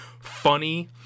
funny